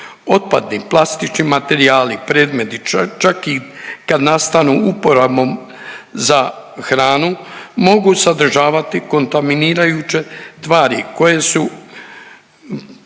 otpadni plastični materijali, predmeti čak i kad nastanu uporabom za hranu mogu sadržavati kontaminirajuće tvari koje su,